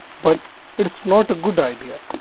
but it is not a good idea.